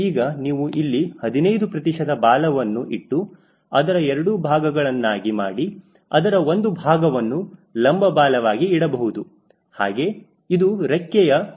ಈಗ ನೀವು ಇಲ್ಲಿ 15 ಪ್ರತಿಶತ ಬಾಲವನ್ನು ಇಟ್ಟು ಅದರ ಎರಡು ಭಾಗಗಳನ್ನಾಗಿ ಮಾಡಿ ಅದರ ಒಂದು ಭಾಗವನ್ನು ಲಂಬ ಬಾಲವಾಗಿ ಇಡಬಹುದು ಹಾಗೆ ಇದು ರೆಕ್ಕೆಯ A